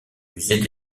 musée